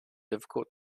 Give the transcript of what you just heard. difficult